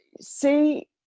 see